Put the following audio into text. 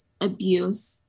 abuse